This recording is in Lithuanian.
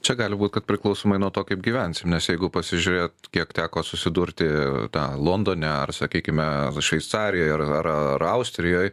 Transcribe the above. čia gali būt kad priklausomai nuo to kaip gyvensim nes jeigu pasižiūrėt kiek teko susidurti tą londone ar sakykime šveicarijoj ar ar austrijoj